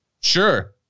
Sure